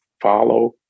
follow